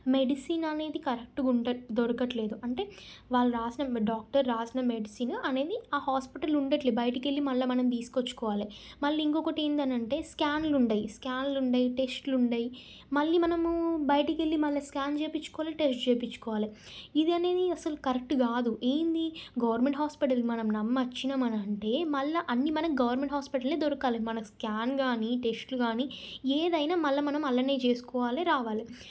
medicine అనేది కరెక్ట్గా ఉండట దొరకటం లేదు అంటే వాళ్ళు రాసిన డాక్టర్ రాసిన మెడిసిన్ అనేది ఆ హాస్పిటల్లో ఉండటం లేదు బయటికి వెళ్ళి మళ్ళీ మనం తీసుకొచ్చుకోవాలి మళ్ళీ ఇంకొకటి ఏంటి అనంటే స్కాన్లు ఉంటాయి స్కాన్లు ఉండవు టెస్ట్లు ఉండవు మళ్ళీ మనము బయటికి వెళ్ళి మళ్ళీ స్కాన్ చేయించుకోవాలి టెస్ట్ చేయించుకోవాలి ఇది అనేది అసలు కరెక్ట్ కాదు ఏంది గవర్నమెంట్ హాస్పిటల్ మనం నమ్మి వచ్చినాం అని అంటే మళ్ళీ అన్నీ మనకు గవర్నమెంట్ హాస్పిటల్లోనే దొరకాలి మన స్కాన్ కానీ టెస్ట్లు కానీ ఏదైనా మళ్ళీ మనం అందులోనే చేసుకోవాలి రావాలి